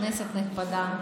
כנסת נכבדה,